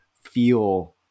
feel